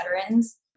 veterans